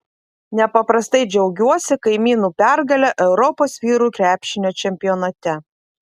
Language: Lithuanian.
nepaprastai džiaugiuosi kaimynų pergale europos vyrų krepšinio čempionate